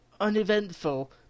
uneventful